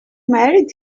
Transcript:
married